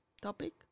topic